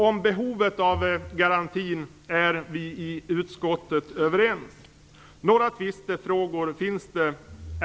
Om behovet av garantin är vi i utskottet överens. Några tvistefrågor finns ändock.